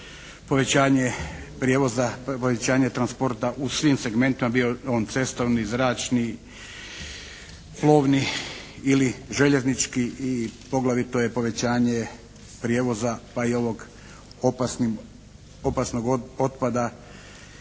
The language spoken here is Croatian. povećanje prijevoza, povećanje transporta u svim segmentima, bio on cestovni, zračnik, plovni ili željeznički i poglavito je povećanje prijevoza pa i ovog opasnim, opasnog